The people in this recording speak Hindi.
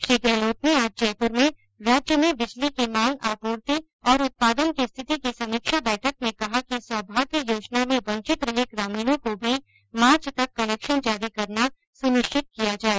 श्री गहलोत ने आज जयपुर में राज्य में बिजली की मांग आपूर्ति और उत्पादन की स्थिति की समीक्षा बैठक में कहा कि सौभाग्य योजना में वंचित रहे ग्रामीणों को भी मार्च तक कनेक्शन जारी करना सुनिश्चित किया जाए